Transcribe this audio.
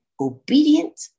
obedient